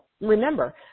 remember